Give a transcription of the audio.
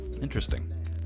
interesting